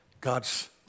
God's